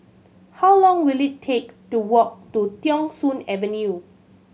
how long will it take to walk to Thong Soon Avenue